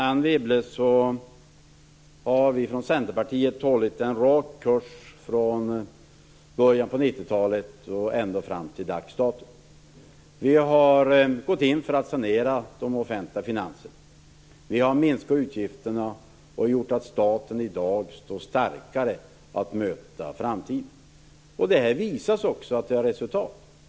Anne Wibble, vi från Centerpartiet har hållit en rak kurs sedan början av 90-talet och ända fram till i dag. Vi har gått in för att sanera de offentliga finanserna. Vi har minskat utgifterna, vilket har lett till att staten i dag står starkare för att möta framtiden. Detta har också gett resultat.